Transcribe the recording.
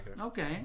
Okay